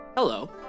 Hello